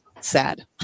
sad